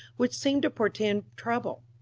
which seemed to portend trouble.